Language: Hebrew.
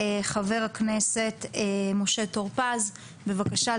חבר הכנסת משה טור פז, בבקשה.